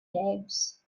names